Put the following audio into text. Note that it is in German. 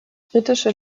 britische